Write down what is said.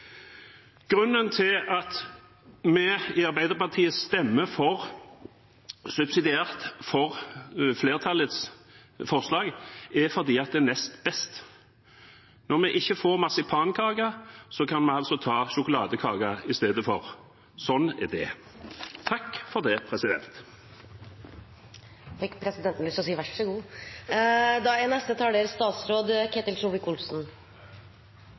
Grunnen til at vi i Arbeiderpartiet stemmer subsidiært for flertallets forslag, er at det er nest best. Når vi ikke får marsipankake, kan vi ta sjokoladekake isteden. Sånn er det. Nå fikk presidenten lyst til å si vær så god! Det er